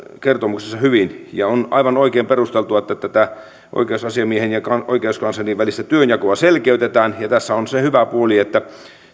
kertomuksessa hyvin ja on aivan oikein perusteltua että tätä oikeusasiamiehen ja oikeuskanslerin välistä työnjakoa selkeytetään tässä on se hyvä puoli että